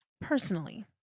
personally